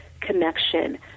connection